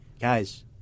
Guys